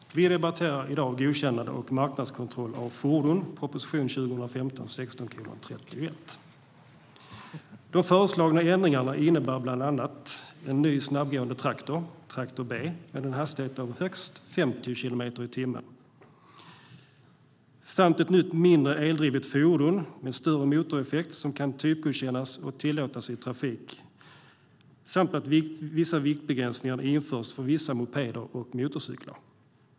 Herr talman! Vi debatterar i dag godkännande och marknadskontroll av fordon, proposition 2015/16:31. De föreslagna ändringarna handlar bland annat om en ny snabbgående traktor, traktor b, med en hastighet av högst 50 kilometer i timmen och ett nytt mindre eldrivet fordon med större motoreffekt som kan typgodkännas och tillåtas i trafik samt vissa viktbegränsningar som införs för vissa mopeder och motorcyklar.